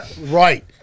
Right